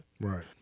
Right